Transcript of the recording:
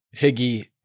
Higgy